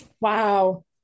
Wow